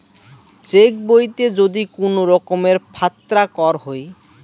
check বইতে যদি কুনো রকমের ফাত্রা কর হই